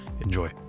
Enjoy